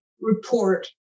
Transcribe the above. report